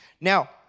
Now